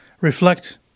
reflect